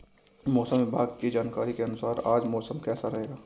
मौसम विभाग की जानकारी के अनुसार आज मौसम कैसा रहेगा?